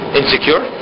insecure